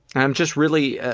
i'm just really ah